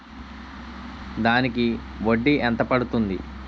దానికి వడ్డీ ఎంత పడుతుంది?